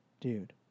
dude